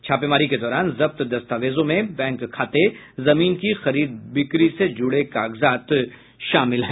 छापेमारी के दौरान जब्त दस्तावेजों में बैंक खाते जमीन की खरीद बिक्री से जुड़े कागजात शामिल हैं